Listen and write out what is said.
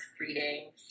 reading